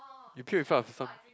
you puke in front of some